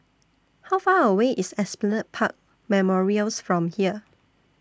How Far away IS Esplanade Park Memorials from here